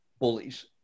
bullies